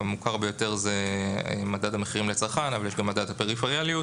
המוכר ביותר זה מדד המחירים לצרכן אבל יש גם מדד פריפריאליות